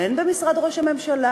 הן במשרד ראש הממשלה,